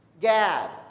Gad